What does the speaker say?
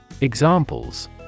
Examples